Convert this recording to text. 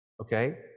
okay